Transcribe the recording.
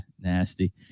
Nasty